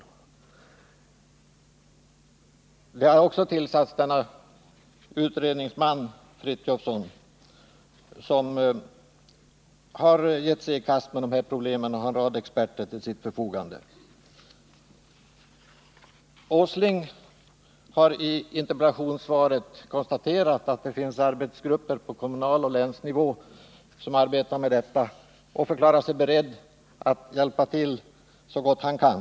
Som utredningsman har man tillsatt Karl Frithiofson. Han har gett sig i kast med de här problemen och har också en rad experter till sitt förfogande. Nils Åsling konstaterade i interpellationssvaret att det finns arbetsgrupper på kommunal nivå och på länsnivå som arbetar med detta. Han har förklarat sig beredd att hjälpa till så gott han kan.